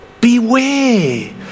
beware